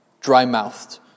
dry-mouthed